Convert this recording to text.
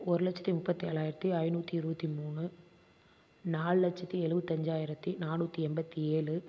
ஒரு லட்சத்தி முப்பத்தேழாயிரத்தி ஐந்நூற்றி இருபத்தி மூணு நாலு லட்சத்தி எழுவத்தஞ்சாயிராத்தி நானூற்றி எண்பத்தி ஏழு